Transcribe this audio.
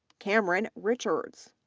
cameron richards,